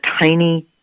tiny